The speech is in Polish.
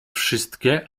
wszystkie